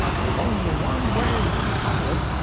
there's only one way to be a pilot,